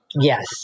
Yes